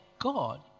God